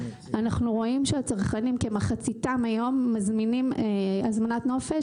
אנחנו רואים שכמחצית מהצרכנים מזמינים נופש,